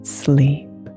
sleep